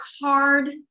hard